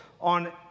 on